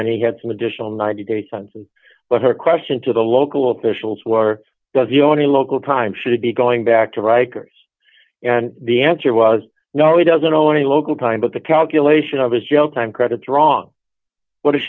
then he had some additional ninety day sentence but her question to the local officials were was the only local time she'd be going back to rikers and the answer was no he doesn't owe any local time but the calculation of his jail time credits wrong what is